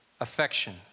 affection